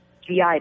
GI